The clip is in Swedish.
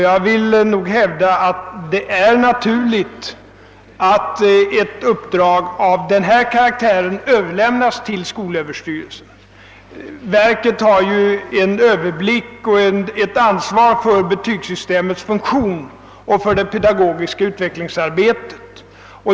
Jag vill hävda att det är naturligt att ett uppdrag av denna karaktär överlämnas till skolöverstyrelsen. Verket har ju en överblick över och ett ansvar för betygssystemets funktion och det pedagogiska utvecklingsarbetet.